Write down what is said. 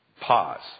Pause